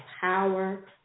power